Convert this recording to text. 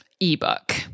ebook